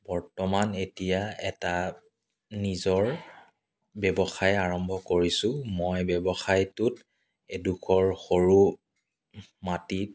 বৰ্তমান এতিয়া এটা নিজৰ ব্যৱসায় আৰম্ভ কৰিছোঁ মই ব্যৱসায়টোত এডোখৰ সৰু মাটিত